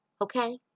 okay